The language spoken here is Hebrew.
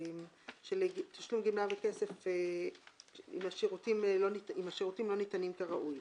תשלום גמלה בכסף אם השירותים לא ניתנים כראוי.